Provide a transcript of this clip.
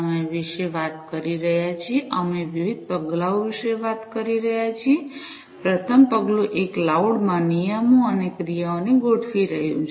અમે વિશે વાત કરી રહ્યા છીએ અમે વિવિધ પગલાઓ વિશે વાત કરી રહ્યા છીએ પ્રથમ પગલું એ ક્લાઉડ માં નિયમો અને ક્રિયાઓને ગોઠવી રહ્યું છે